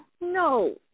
No